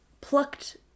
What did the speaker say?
plucked